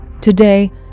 Today